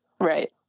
Right